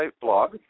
blog